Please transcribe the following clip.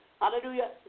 Hallelujah